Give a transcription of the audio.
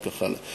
וכך הלאה.